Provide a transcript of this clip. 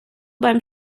beim